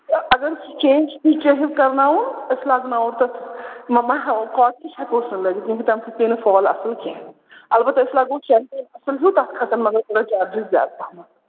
اگر سُہ چینٛج تُہۍ چٲہِو کرناوُن أسۍ لاگناوَو تَتھ وۄنۍ مَہ ہاوَو کاٹنٕچ ہٮ۪کوَس نہٕ لٲگِتھ کیونکہِ تَمہِ سۭتۍ پے نہٕ فال اَصٕل کیٚنٛہہ البَتہ أسۍ لاگو شینٹوٗن اصِل ہیوٗ تَتھ کھَسَن مگر تھوڑا چارجٕس زیادٕ پہمَتھ